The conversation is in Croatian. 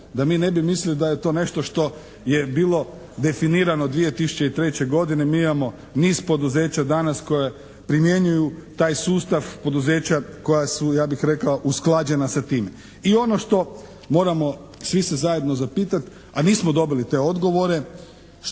da mi ne bi mislili da je to nešto što je bilo definirano 2003. godine. Mi imamo niz poduzeća danas koja primjenjuju taj sustav, poduzeća koja su ja bih rekao usklađena sa time. I ono što moramo svi se zajedno zapitati, a nismo dobili te odgovore,